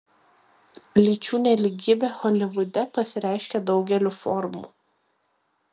lyčių nelygybė holivude pasireiškia daugeliu formų